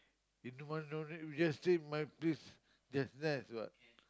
if no one no need we just stay in my place just nice [what]